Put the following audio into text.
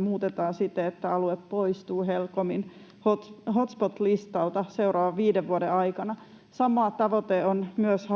muutetaan siten, että alue poistuu helpommin hotspot-listalta seuraavan viiden vuoden aikana. Sama tavoite on myös